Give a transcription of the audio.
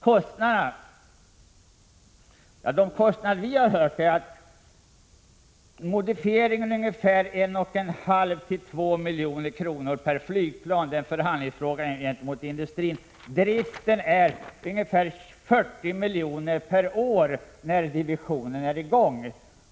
Kostnaderna för modifiering kan uppskattas till 1,5—2 milj.kr. per flygplan — det är en förhandlingsfråga gentemot industrin. Driftkostnaden är ca 40 milj.kr. per år när divisionen är i gång.